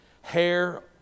hair